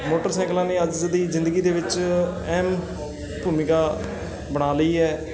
ਮੋਟਰਸਾਈਕਲਾਂ ਨੇ ਅੱਜ ਦੀ ਜ਼ਿੰਦਗੀ ਦੇ ਵਿੱਚ ਅਹਿਮ ਭੂਮਿਕਾ ਬਣਾ ਲਈ ਹੈ